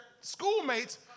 schoolmates